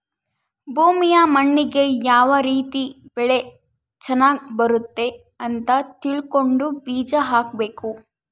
ಭೂಮಿಯ ಮಣ್ಣಿಗೆ ಯಾವ ರೀತಿ ಬೆಳೆ ಚನಗ್ ಬರುತ್ತೆ ಅಂತ ತಿಳ್ಕೊಂಡು ಬೀಜ ಹಾಕಬೇಕು